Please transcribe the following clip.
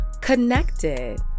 connected